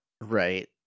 Right